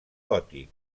gòtic